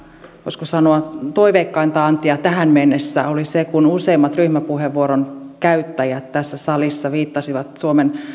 voisiko sanoa toiveikkainta antia tähän mennessä oli se kun useimmat ryhmäpuheenvuoronkäyttäjät tässä salissa viittasivat suomen